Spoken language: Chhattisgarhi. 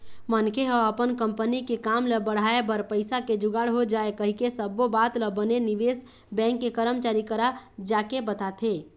मनखे ह अपन कंपनी के काम ल बढ़ाय बर पइसा के जुगाड़ हो जाय कहिके सब्बो बात ल बने निवेश बेंक के करमचारी करा जाके बताथे